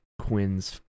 quinn's